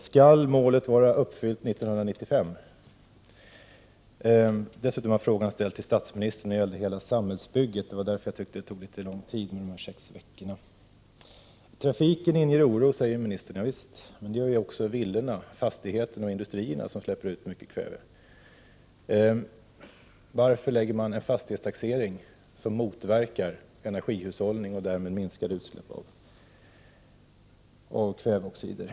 Herr talman! Jag ställde min fråga till statsministern, och den gällde hela samhällsbygget. Det var därför jag tyckte att de här sex veckorna var litet lång tid. Skall målet vara uppfyllt år 1995? Miljöoch energiministern säger att trafiken inger oro. Ja visst, men det gäller också de stora utsläppen från villorna, fastigheterna och industrin. Varför inför man en fastighetstaxering som motverkar energihushållning och därmed minskade utsläpp av kväveoxider?